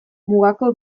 mugako